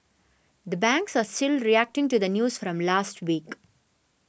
the banks are still reacting to the news from last week